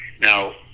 Now